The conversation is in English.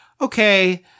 Okay